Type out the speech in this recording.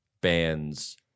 bands